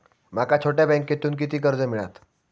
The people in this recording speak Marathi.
माका छोट्या बँकेतून किती कर्ज मिळात?